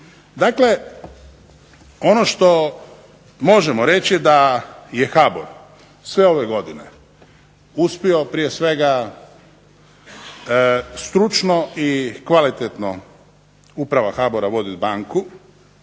Dakle, ono što možemo reći da je HBOR sve ove godine uspio prije svega stručno i kvalitetno uprava HBOR-a voditi banku,